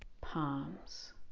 palms